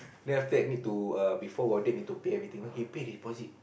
then after that need to err before warded need to pay everything right he pay deposit